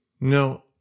No